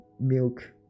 milk